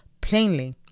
plainly